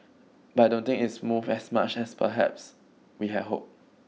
but I don't think it's moved as much as perhaps we had hoped